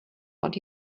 what